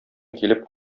килеп